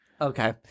Okay